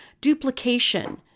duplication